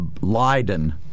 Leiden